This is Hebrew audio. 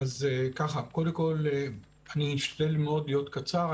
קודם כל, אני אשתדל מאוד להיות קצר.